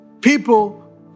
people